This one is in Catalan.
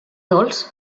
dolç